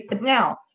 now